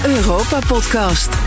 Europa-podcast